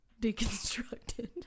deconstructed